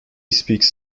speaks